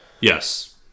Yes